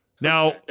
Now